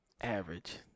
Average